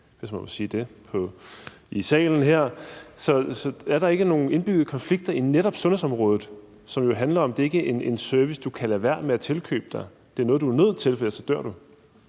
hvis man må bruge det udtryk i salen her. Så er der ikke nogle indbyggede konflikter på netop sundhedsområdet, som jo handler om, at det ikke er en service, du kan lade være med at tilkøbe dig – det er noget, du er nødt til, for ellers dør du?